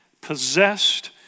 possessed